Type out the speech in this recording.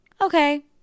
Okay